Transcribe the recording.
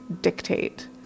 dictate